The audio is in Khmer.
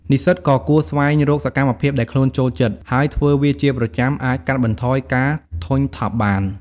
និស្សិតក៏គួរស្វែងរកសកម្មភាពដែលខ្លួនចូលចិត្ត ហើយធ្វើវាជាប្រចាំអាចកាត់បន្ថយការធុញថប់បាន។